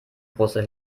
große